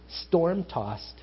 storm-tossed